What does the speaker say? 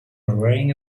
wearing